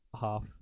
half